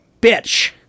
bitch